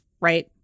right